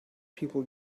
people